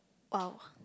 !wow!